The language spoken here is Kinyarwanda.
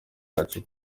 yacu